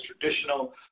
traditional